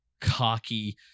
cocky